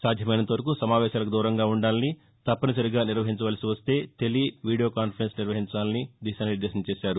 సాధ్యమైనంత వరకు సమావేశాలకు దూరంగా ఉండాలని తప్పనిసరిగా నిర్వహించాల్సి వస్తే టెలీవీడియో కాన్పరెన్స్ నిర్వహించాలని దిశానిర్దేశం చేశారు